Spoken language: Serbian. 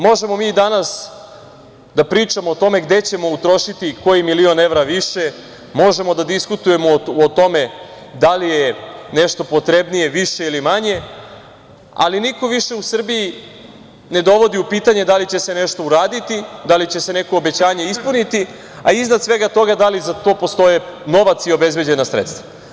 Možemo danas da pričamo o tome gde ćemo utrošiti koji milion evra više, možemo da diskutujemo o tome da li je nešto potrebnije više ili manje, ali niko više u Srbiji ne dovodi u pitanje da li će se nešto uraditi, da li će se neko obećanje ispuniti, a iznad svega toga, da li za to postoji novac i obezbeđena sredstava.